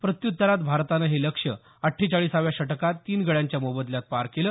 प्रत्युत्तरात भारतानं हे लक्ष्य अठ्ठेचाळीसाव्या षटकात तीन गड्यांच्या मोबदल्यात पार केलं